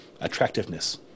attractiveness